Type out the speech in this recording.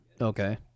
Okay